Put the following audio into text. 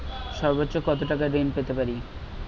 সর্বোচ্চ কত টাকা ঋণ পেতে পারি?